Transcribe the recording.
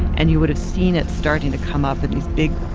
and you would have seen it starting to come up in these big,